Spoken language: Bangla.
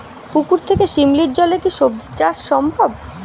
পুকুর থেকে শিমলির জলে কি সবজি চাষ সম্ভব?